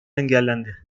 engellendi